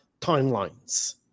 timelines